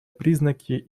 признаки